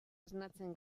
esnatzen